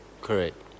Correct